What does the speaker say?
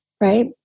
right